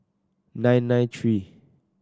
nine nine three